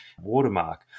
Watermark